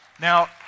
Now